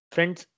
Friends